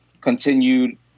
continued